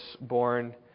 born